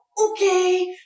okay